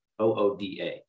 OODA